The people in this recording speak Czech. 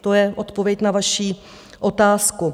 To je odpověď na vaši otázku.